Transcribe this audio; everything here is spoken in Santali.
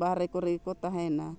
ᱵᱟᱦᱨᱮ ᱠᱚᱨᱮ ᱜᱮᱠᱚ ᱛᱟᱦᱮᱱᱟ